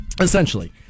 essentially